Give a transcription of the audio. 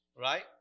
right